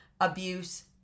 abuse